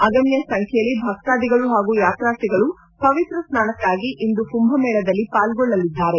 ಅಗಣ್ಣ ಸಂಖ್ಲೆಯಲ್ಲಿ ಭಕ್ತಾದಿಗಳು ಹಾಗೂ ಯಾತ್ರಾರ್ಥಿಗಳು ಪವಿತ್ರ ಸ್ನಾನಕ್ನಾಗಿ ಇಂದು ಕುಂಭಮೇಳದಲ್ಲಿ ಪಾಲ್ಗೊಳ್ಳಲಿದ್ದಾರೆ